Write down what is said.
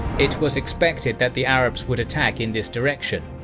it was expected that the arabs would attack in this direction,